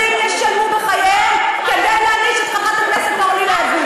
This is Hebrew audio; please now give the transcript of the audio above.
כמה ילדים ישלמו בחייהם כדי להעניש את חברת הכנסת אורלי לוי?